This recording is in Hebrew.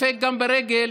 וגם ברגל,